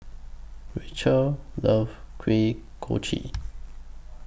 Rachel loves Kuih Kochi